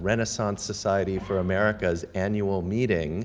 renaissance society for america's annual meeting,